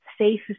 safe